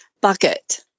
bucket